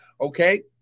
okay